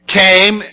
came